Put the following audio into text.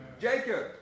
Jacob